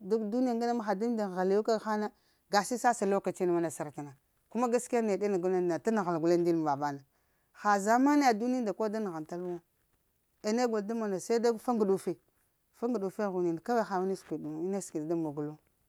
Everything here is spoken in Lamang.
da duniya ŋgane ha da unda mən halayo gag haŋ na gashi. Sasa lokaciyŋ mana sərta na kuma gaskiya ne ɗana guleŋ na ta nəghəl guleŋ ndil muva vana ha zamaniya duniya unda kol da nəghən tal wo aya ne gol da mono se da fa ŋguɗafi fa ŋgudufe ghwinin kwai, ha ina sakwid da mon ku.